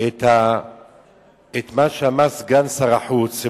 את מה שאמר סגן שר החוץ,